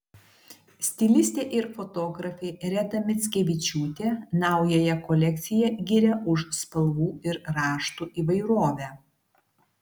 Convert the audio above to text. stilistė ir fotografė reda mickevičiūtė naująją kolekciją giria už spalvų ir raštų įvairovę